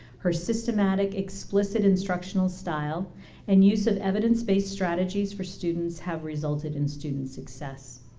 her systematic explicit instructional style and use of evidence-based strategies for students have resulted in student success.